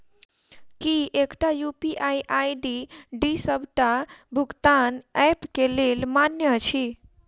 की एकटा UPI ID D सबटा भुगतान ऐप केँ लेल मान्य अछि?